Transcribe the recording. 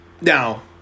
Now